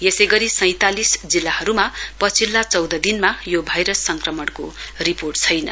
यसै गरी सैंतालिस जिल्लाहरुमा पछिल्ला चौध दिनमा यौ भाइरस संक्रमणको रिपोर्ट छैन